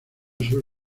sur